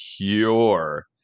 pure